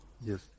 Yes